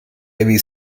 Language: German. erwies